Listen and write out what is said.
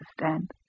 understand